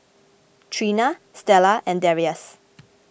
Trina Stella and Darrius